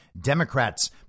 Democrats